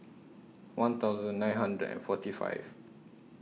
one thousand nine hundred and forty five